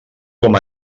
com